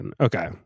okay